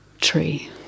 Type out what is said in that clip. tree